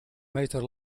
meter